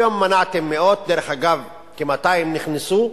היום מנעתם מאות, דרך אגב, כ-200 נכנסו.